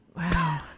Wow